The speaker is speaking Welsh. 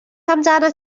amdanat